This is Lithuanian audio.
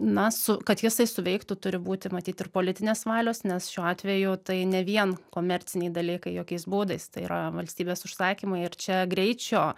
na su kad jisai suveiktų turi būti matyt ir politinės valios nes šiuo atveju tai ne vien komerciniai dalykai jokiais būdais tai yra valstybės užsakymai ir čia greičio